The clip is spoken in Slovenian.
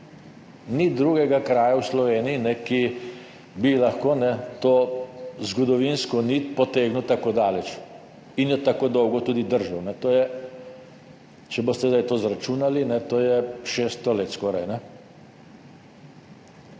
Ni drugega kraja v Sloveniji, ki bi lahko to zgodovinsko nit potegnil tako daleč in jo tako dolgo tudi držal. Če boste zdaj to izračunali, je to skoraj